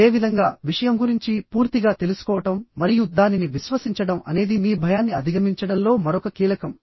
అదేవిధంగావిషయం గురించి పూర్తిగా తెలుసుకోవడం మరియు దానిని విశ్వసించడం అనేది మీ భయాన్ని అధిగమించడంలో మరొక కీలకం